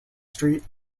street